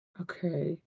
Okay